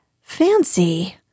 Fancy